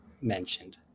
mentioned